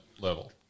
level